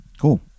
Cool